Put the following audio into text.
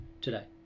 today